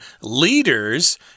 Leaders